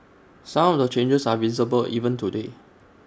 some of the changes are visible even today